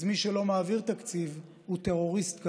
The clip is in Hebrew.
אז מי שלא מעביר תקציב הוא טרוריסט כלכלי.